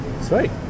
Sweet